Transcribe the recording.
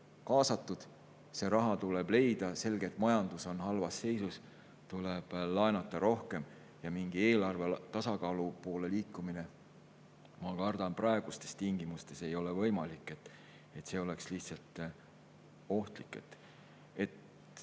kaasatud. See raha tuleb leida. Selge, et majandus on halvas seisus. Tuleb rohkem laenata. Eelarve tasakaalu poole liikumine, ma kardan, praegustes tingimustes ei ole võimalik, see oleks lihtsalt ohtlik.